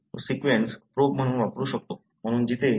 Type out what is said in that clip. म्हणून तो sequence probe म्हणून वापरू शकतो